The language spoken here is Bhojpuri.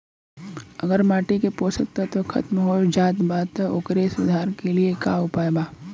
अगर माटी के पोषक तत्व खत्म हो जात बा त ओकरे सुधार के लिए का उपाय बा?